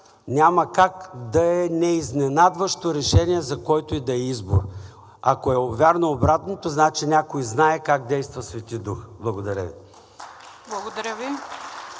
няма как да е изненадващо? решение за който и да е избор. Ако е вярно обратното, значи, някой знае как действа Свети Дух. Благодаря Ви.